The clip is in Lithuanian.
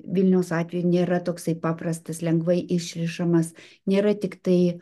vilniaus atveju nėra toksai paprastas lengvai išrišamas nėra tiktai